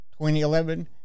2011